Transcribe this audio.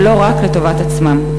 ולא רק לטובת עצמם.